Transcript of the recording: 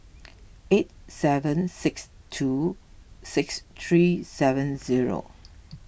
eight seven six two six three seven zero